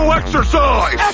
exercise